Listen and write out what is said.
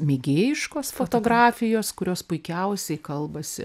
mėgėjiškos fotografijos kurios puikiausiai kalbasi